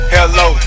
Hello